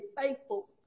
faithful